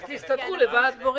אז תסתדרו לבד.